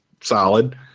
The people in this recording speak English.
solid